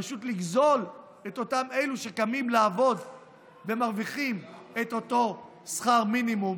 פשוט לגזול את אותם אלו שקמים לעבוד ומרוויחים את אותו שכר מינימום